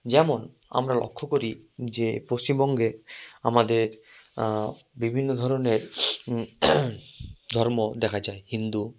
যেমন আমরা লক্ষ্য করি যে পশ্চিমবঙ্গে আমাদের বিভিন্ন ধরনের ধর্ম দেখা যায় হিন্দু